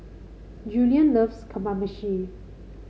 Julien loves Kamameshi